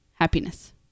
happiness